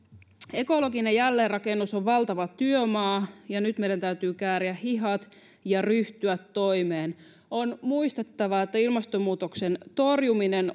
ekologinen jälleenrakennus on valtava työmaa ja nyt meidän täytyy kääriä hihat ja ryhtyä toimeen on muistettava että ilmastonmuutoksen torjuminen